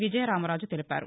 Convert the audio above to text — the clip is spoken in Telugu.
విజయరామరాజు తెలిపారు